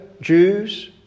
Jews